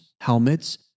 helmets